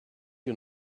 you